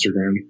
Instagram